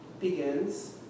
begins